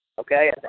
okay